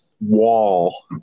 wall